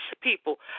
people